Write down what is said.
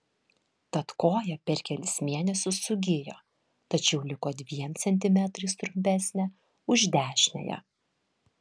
tad koja per kelis mėnesius sugijo tačiau liko dviem centimetrais trumpesnė už dešiniąją